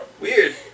Weird